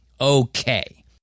Okay